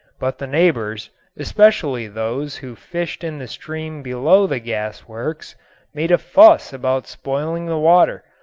but the neighbors especially those who fished in the stream below the gas-works made a fuss about spoiling the water,